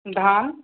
धान